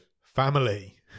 family